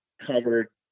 covered